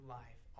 life